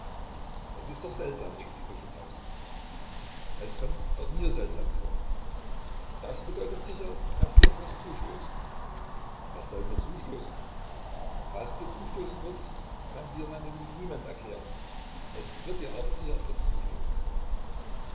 es ist doch seltsam rief die köchin aus es kommt auch mir seltsam vor das bedeutet sicher daß dir etwas zustößt was soll mir zustoßen was dir zustoßen wird kann dir meine liebe niemand erklären es wird dir aber sicher etwas zustoßen